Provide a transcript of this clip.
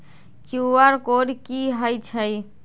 QR code कि हई छई?